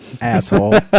Asshole